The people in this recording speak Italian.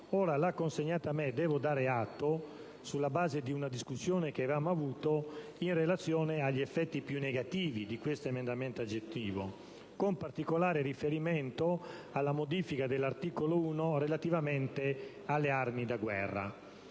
tale testo e, gliene devo dare atto, sulla base di una discussione che abbiamo avuto in relazione agli effetti più negativi dell'emendamento aggiuntivo, con particolare riferimento alla modifica dell'articolo 1 relativamente alle armi da guerra.